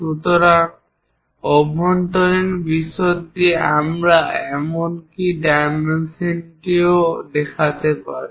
সুতরাং অভ্যন্তরীণ বিশদটি আমরা এমনকি এই ডাইমেনশনটিও দেখাতে পারি